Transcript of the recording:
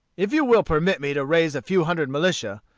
if you will permit me to raise a few hundred militia,